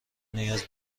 نیاز